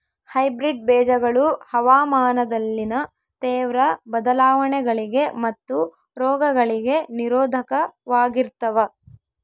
hybrid ಬೇಜಗಳು ಹವಾಮಾನದಲ್ಲಿನ ತೇವ್ರ ಬದಲಾವಣೆಗಳಿಗೆ ಮತ್ತು ರೋಗಗಳಿಗೆ ನಿರೋಧಕವಾಗಿರ್ತವ